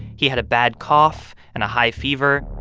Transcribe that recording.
he had a bad cough and a high fever.